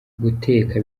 guteka